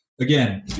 again